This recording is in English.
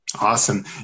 awesome